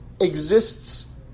exists